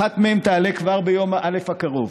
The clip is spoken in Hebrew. אחת מהן תעלה כבר ביום א' הקרוב